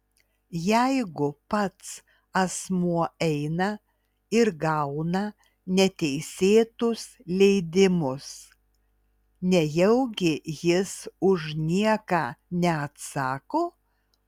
jeigu pats asmuo eina ir gauna neteisėtus leidimus nejaugi jis už nieką neatsako